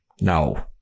No